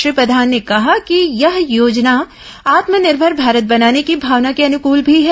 श्री प्रधान ने कहा कि यह योजना आत्मनिर्भर भारत बनाने की भावना के अनुकूल भी है